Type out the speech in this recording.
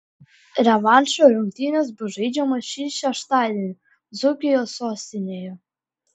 revanšo rungtynės bus žaidžiamos šį šeštadienį dzūkijos sostinėje